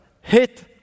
hit